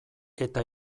eta